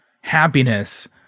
happiness